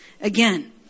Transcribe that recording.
again